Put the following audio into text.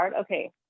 Okay